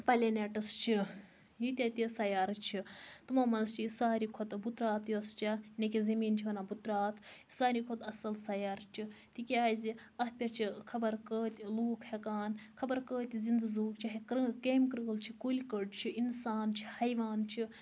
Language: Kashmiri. پٕلینیٚٹٕس چھِ ییٖتیاہ تہِ سَیارٕ چھِ تمو مَنٛز چھُ یہِ ساروی کھۄتہٕ بُترات یۄس چھ نیٚکہ زٔمیٖنہِ چھِ وَنان بُترات ساروے کھۄتہ اصٕل سَیارٕ چھ تکیاز اتھ پٮ۪ٹھ چھِ خَبر کۭتۍ لُکھ ہیٚکان خَبر کۭتۍ زٕنٛدٕ زوٗ چھِ ہیٚکان کریٖل کیٚم کریٖل چھِ کُلۍ کٔٹۍ چھِ اِنسان چھِ حیوان چھِ